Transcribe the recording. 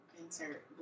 Insert